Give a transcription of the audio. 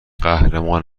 قهرمان